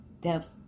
death